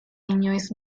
inoiz